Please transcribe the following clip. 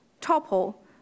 topple